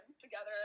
together